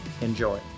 Enjoy